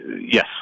Yes